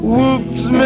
Whoops